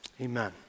Amen